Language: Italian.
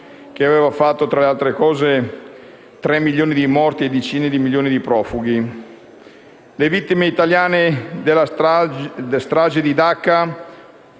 che avevano fatto, tra le altre cose, tre milioni di morti e decine di milioni di profughi. Le vittime italiane della strage di Dacca